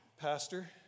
pastor